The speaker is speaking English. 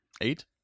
Eight